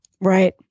right